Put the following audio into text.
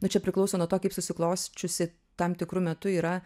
nu čia priklauso nuo to kaip susiklosčiusi tam tikru metu yra